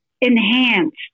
enhanced